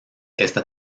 esta